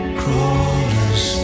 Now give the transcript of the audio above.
crawlers